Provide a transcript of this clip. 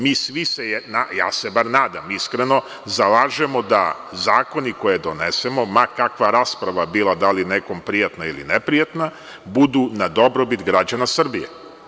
Nadam se iskreno da se svi ovde zalažemo da zakoni koje donesemo, ma kakva rasprava bila, da li nekome prijatna ili neprijatna, budu na dobrobit građana Srbije.